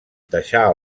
deixar